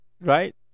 Right